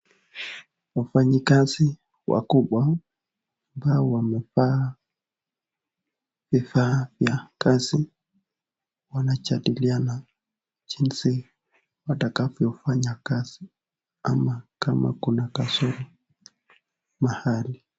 Wafanyikazi wakubwa ambao wamevaa vifaa vya kazi wanajadiliana jinsi watakavyofanya kazi ama kama kuna kasoro mahali.